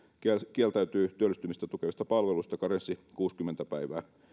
kieltäytyi työllistymistä tukevista palveluista karenssi kuusikymmentä päivää